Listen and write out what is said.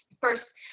First